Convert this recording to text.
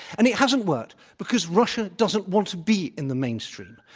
and it hasn't worked because russia doesn't want to be in the mainstream.